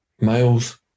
males